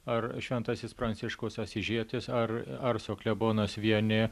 ar šventasis pranciškus asyžietis ar ar klebonas vieni